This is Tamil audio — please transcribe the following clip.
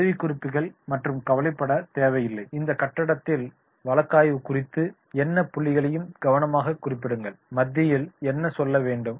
உதவிக்குறிப்புகள் பற்றி கவலைப்பட தேவையில்லை இந்த கட்டத்தில் வழக்காய்வு குறித்த எல்லா புள்ளிகளையும் கவனமாக குறிப்பெடுங்கள் பத்தியில் என்ன சொல்ல வேண்டும்